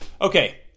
okay